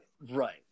Right